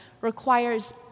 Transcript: requires